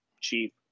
cheap